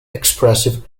expressive